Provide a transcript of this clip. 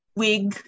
wig